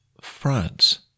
France